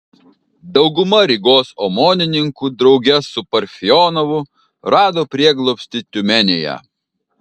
dauguma rygos omonininkų drauge su parfionovu rado prieglobstį tiumenėje